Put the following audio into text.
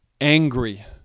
angry